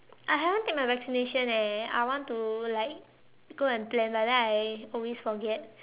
I haven't take my vaccination eh I want to like go and plan but then I always forget